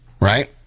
right